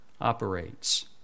operates